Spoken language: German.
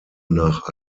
nach